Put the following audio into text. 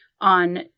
on